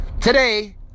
Today